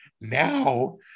now